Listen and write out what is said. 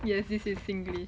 yes this is singlish